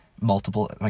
multiple